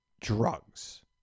drugs